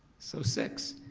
so six.